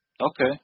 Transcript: Okay